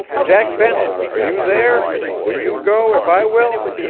jack benton, are you there? will you go if i will?